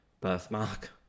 birthmark